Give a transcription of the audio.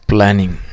Planning